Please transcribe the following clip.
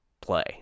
play